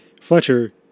Fletcher